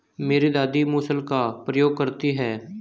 मेरी दादी मूसल का प्रयोग करती हैं